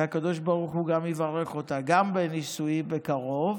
והקדוש ברוך הוא יברך אותה גם בנישואים בקרוב